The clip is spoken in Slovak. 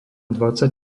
dvadsať